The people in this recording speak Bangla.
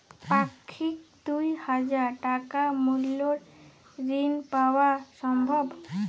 পাক্ষিক দুই হাজার টাকা মূল্যের ঋণ পাওয়া সম্ভব?